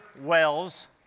Wells